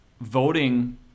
voting